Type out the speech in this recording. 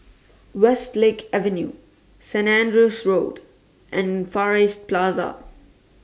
Westlake Avenue Saint Andrew's Road and Far East Plaza